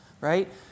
right